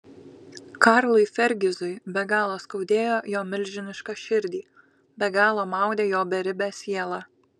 karlui fergizui be galo skaudėjo jo milžinišką širdį be galo maudė jo beribę sielą